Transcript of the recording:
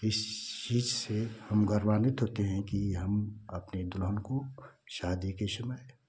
इस चीज़ से हम गौरवांवित होते हैं कि हम अपनी दुल्हन को शादि के समय